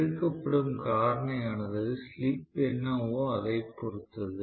பெருக்கப்படும் காரணியானது ஸ்லிப் என்னவோ அதை பொறுத்தது